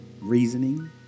reasoning